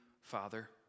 Father